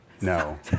No